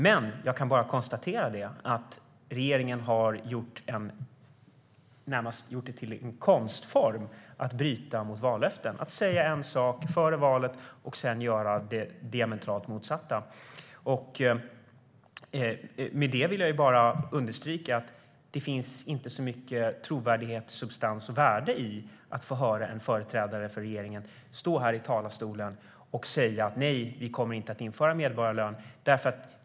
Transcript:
Men jag kan konstatera att regeringen närmast har gjort det till en konstform att bryta vallöften. Man säger en sak före valet och gör sedan det diametralt motsatta. Med det vill jag understryka att det inte finns så mycket trovärdighet, substans och värde i att höra en företrädare för regeringen stå här i talarstolen och säga: Nej, vi kommer inte att införa medborgarlön.